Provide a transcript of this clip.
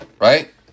Right